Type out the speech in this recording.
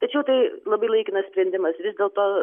tačiau tai labai laikinas sprendimas vis dėlto